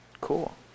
Cool